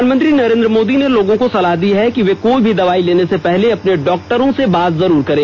प्रधानमंत्री नरेंद्र मोदी ने लोगों को सलाह दी कि वे कोई भी दवाई लेने से पहले अपने डॉक्टरों से बात जरूर करें